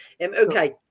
Okay